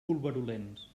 pulverulents